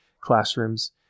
classrooms